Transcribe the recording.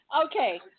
Okay